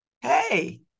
hey